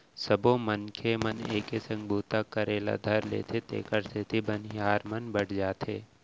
सबो मनखे मन एके संग बूता करे ल धर लेथें तेकर सेती बनिहार मन बँटा जाथें